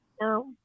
No